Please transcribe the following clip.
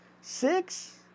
six